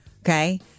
Okay